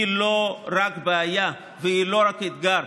היא לא רק בעיה והיא לא רק אתגר,